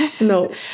No